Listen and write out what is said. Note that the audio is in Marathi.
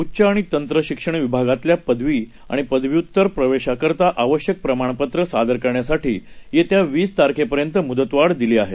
उच्च आणि तंत्र शिक्षण विभागातल्या पदवी आणि पदव्युत्तर प्रवेशाकरता आवश्यक प्रमाणपत्रं सादर करण्यासाठी येत्या वीस तारखेपर्यंत मुदतवाढ दिली आहे